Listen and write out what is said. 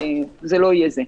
זה לא יהיה זה.